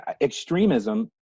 Extremism